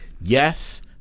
yes